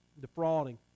defrauding